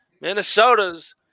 Minnesota's